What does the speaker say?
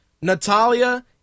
Natalia